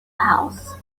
house